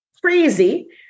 crazy